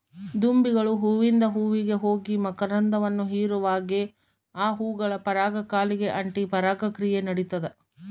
ದುಂಬಿಗಳು ಹೂವಿಂದ ಹೂವಿಗೆ ಹೋಗಿ ಮಕರಂದವನ್ನು ಹೀರುವಾಗೆ ಆ ಹೂಗಳ ಪರಾಗ ಕಾಲಿಗೆ ಅಂಟಿ ಪರಾಗ ಕ್ರಿಯೆ ನಡಿತದ